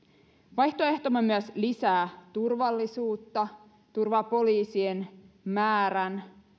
vaihtoehtomme myös lisää turvallisuutta turvaa poliisien määrän